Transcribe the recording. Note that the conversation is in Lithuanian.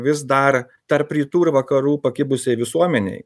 vis dar tarp rytų ir vakarų pakibusiai visuomenei